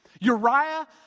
Uriah